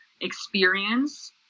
experience